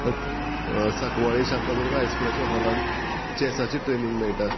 पर सांकवाळे शांतादुर्गा हायस्कुलाच्या हॉलान चॅसाची ट्रेनींग मेयटा